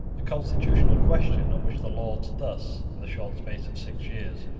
the constitutional question on which the lords thus, in the short space of six years,